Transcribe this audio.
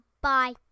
Bye